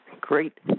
great